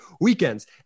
weekends